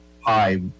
Hi